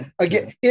again